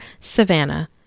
Savannah